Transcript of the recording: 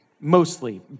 Mostly